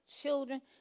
children